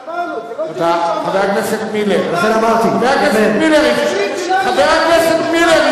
שמענו, זה לא שמישהו אמר את זה, חבר הכנסת מילר.